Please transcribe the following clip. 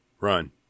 run